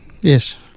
Yes